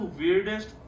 weirdest